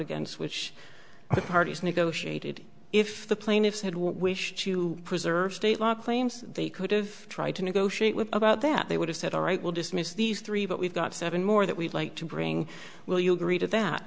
against which the parties negotiated if the plaintiffs had wish to preserve state law claims they could have tried to negotiate with about that they would have said all right will dismiss these three but we've got seven more that we'd like to bring will you agree to that